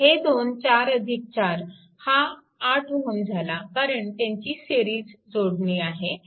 हे दोन 44 हा 8Ω झाला कारण त्यांची सिरीज जोडणी आहे